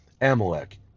Amalek